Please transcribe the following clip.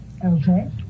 Okay